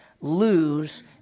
lose